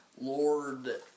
Lord